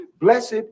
Blessed